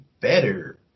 better